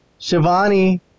Shivani